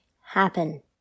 happen